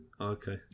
Okay